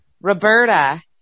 Roberta